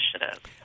initiative